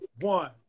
One